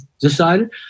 decided